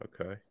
okay